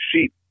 sheep